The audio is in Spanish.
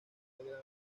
banda